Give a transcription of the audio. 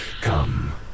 Come